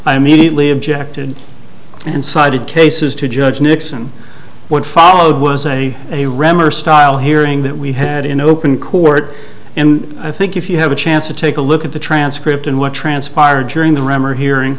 i immediately objected and cited cases to judge nixon what followed was a a regular style hearing that we had in open court and i think if you have a chance to take a look at the transcript and what transpired during the rammer hearing